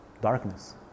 darkness